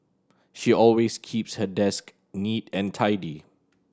she always keeps her desk neat and tidy